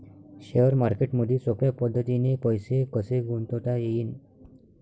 Share मार्केटमधी सोप्या पद्धतीने पैसे कसे गुंतवता येईन?